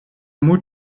moet